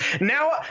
now